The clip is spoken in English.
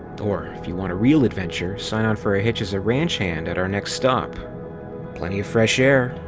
or, if you want a real adventure, sign on for a itch as a ranch hand at our next stop plenty of fresh air,